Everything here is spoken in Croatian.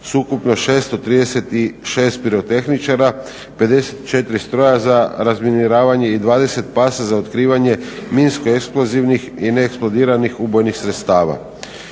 ukupno 636 pirotehničara, 54 stroja za razminiravanje i 20 pasa za otkrivanje minsko-eksplozivnih i neeksplodiranih ubojnih sredstava.